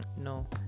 No